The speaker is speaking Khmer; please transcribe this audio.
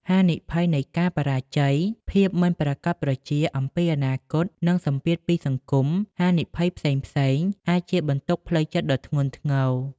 ហានិភ័យនៃការបរាជ័យ ភាពមិនប្រាកដប្រជាអំពីអនាគតនិងសម្ពាធពីសង្គម ហានិភ័យផ្សេងៗ អាចជាបន្ទុកផ្លូវចិត្តដ៏ធ្ងន់ធ្ងរ។